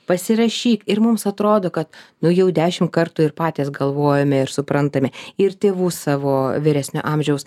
pasirašyk ir mums atrodo kad nu jau dešim kartų ir patys galvojome ir suprantame ir tėvų savo vyresnio amžiaus